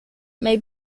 may